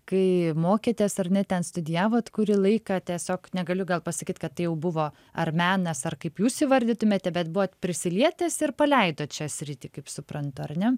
kai mokėtės ar ne ten studijavot kurį laiką tiesiog negaliu gal pasakyt kad tai jau buvo ar menas ar kaip jūs įvardytumėte bet buvot prisilietęs ir paleidot šią sritį kaip suprantu ar ne